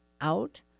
out